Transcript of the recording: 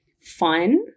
fun